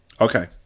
Okay